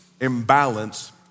imbalance